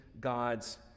God's